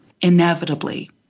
inevitably